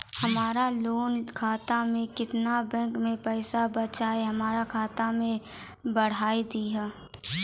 हमरा लोन खाता मे केतना बैंक के पैसा बचलै हमरा खाता मे चढ़ाय दिहो?